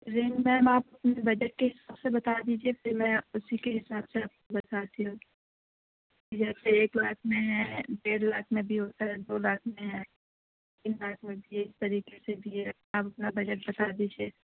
جی ma'am آپ مجھے budget کے حساب سے بتا دیجیے پھر میں اُسی کے حساب سے آپ کو بتاتی ہوں جیسے ایک لاکھ میں ہے ڈیڑھ لاکھ میں بھی ہوتا ہے دو لاکھ میں ہے تین لاکھ میں بھی ہے اِس طریقے سے بھی ہے آپ اپنا بجٹ بتا دیجیے